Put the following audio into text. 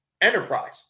enterprise